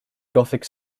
gothic